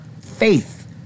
faith